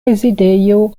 rezidejo